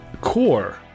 core